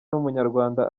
n’umunyarwanda